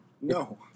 No